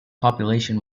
population